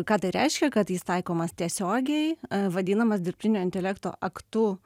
ką tai reiškia kad jis taikomas tiesiogiai vadinamas dirbtinio intelekto aktu